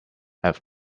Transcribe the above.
have